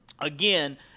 again